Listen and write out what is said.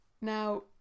Now